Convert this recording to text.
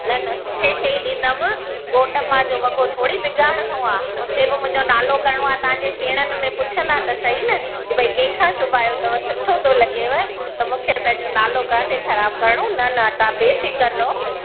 न न सुठे सां ई ॾींदमि घोट माउ जो वॻो थोरी बिगाड़णो आहे उते बि मुंहिंजो नालो करिणो आहे तव्हां जे सेणनि में पुछंदा त सही न की भई कंहिंखां सुभायो अथव सुठो थो लॻेव त मूंखे पंहिंजो नालो कान्हे ख़राबु करिणो न न तव्हां बेफिक्र रहो